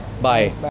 Bye